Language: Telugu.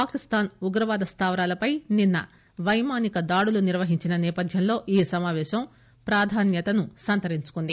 పాకిస్తాన్ ఉగ్రవాద స్దావరాలపై నిన్న పైమానిక దాడులు నిర్వహించిన సేపథ్యంలో ఈ సమాపేశం ప్రాధాన్యతను సంతరించుకుంది